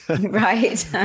Right